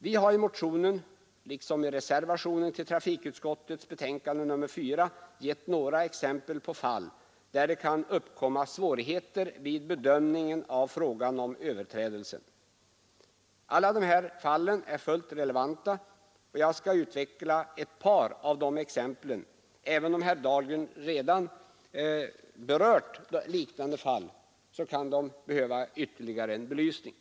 Vi har i motionen liksom i reservationen till trafikutskottets betänkande nr 4 gett några exempel på fall, där det kan uppkomma svårigheter vid bedömningen av frågan om överträdelser. Alla dessa fall är fullt relevanta, och jag skall utveckla ett par exempel. Även om herr Dahlgren berört ett par liknande fall kan de behöva ytterligare belysning.